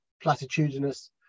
platitudinous